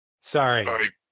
Sorry